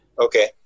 Okay